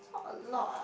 not a lot ah also